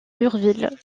urville